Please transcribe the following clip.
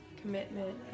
commitment